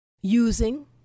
using